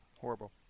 Horrible